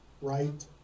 right